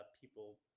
people